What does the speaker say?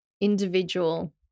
individual